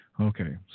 Okay